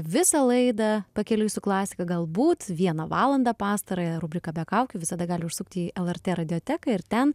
visą laidą pakeliui su klasika galbūt vieną valandą pastarąją rubriką be kaukių visada gali užsukti į lrt radioteką ir ten